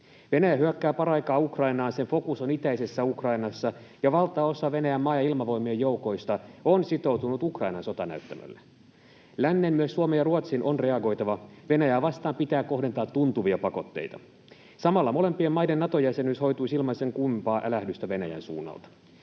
Venäjä hyökkää paraikaa Ukrainaan. Sen fokus on itäisessä Ukrainassa, ja valtaosa Venäjän maa- ja ilmavoimien joukoista on sitoutunut Ukrainan sotanäyttämölle. Lännen, myös Suomen ja Ruotsin, on reagoitava. Venäjää vastaan pitää kohdentaa tuntuvia pakotteita. Samalla molempien maiden Nato-jäsenyys hoituisi ilman sen kummempaa älähdystä Venäjän suunnalta.